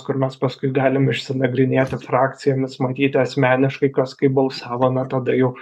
kur mes paskui galim išsinagrinėti frakcijomis matyti asmeniškai kas kaip balsavo na tada jau